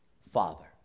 Father